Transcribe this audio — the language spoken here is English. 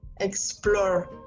explore